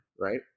right